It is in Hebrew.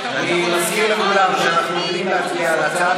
אני מזכיר לכולם שאנחנו עומדים להצביע על הצעת